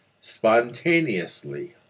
spontaneously